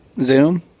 zoom